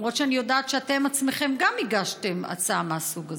למרות שאני יודעת שאתם עצמכם גם הגשתם הצעה מהסוג הזה.